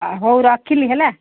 ହଉ ରଖିଲି ହେଲା